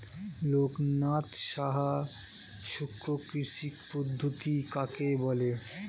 লোকনাথ সাহা শুষ্ককৃষি পদ্ধতি কাকে বলে?